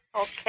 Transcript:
Okay